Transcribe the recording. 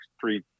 Three